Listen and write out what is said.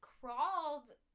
crawled